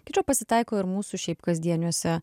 kičo pasitaiko ir mūsų šiaip kasdieniuose